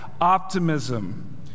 optimism